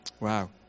Wow